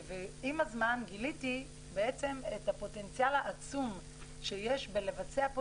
ועם הזמן גיליתי את הפוטנציאל העצום שיש בלבצע פה